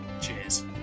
Cheers